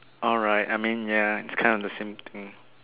alright I mean ya it's kind of the same thing